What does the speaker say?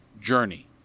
Journey